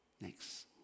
Next